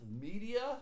media